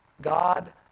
God